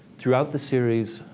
throughout the series,